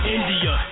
India